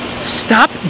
Stop